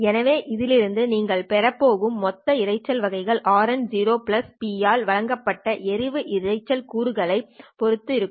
எனவே இதிலிருந்து நீங்கள் பெறப் போகும் மொத்த இரைச்சல் வகைகள் RnP ஆல் வழங்கப்பட்ட எறிவு இரைச்சல் கூறுககளைப் பொறுத்து இருக்கும்